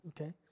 Okay